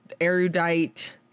erudite